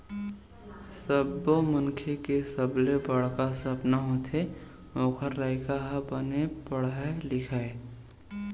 सब्बो मनखे के सबले बड़का सपना होथे ओखर लइका ह बने पड़हय लिखय